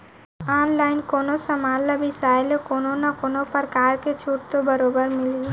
online कोनो समान ल बिसाय ले कोनो न कोनो परकार के छूट तो बरोबर मिलही